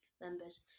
members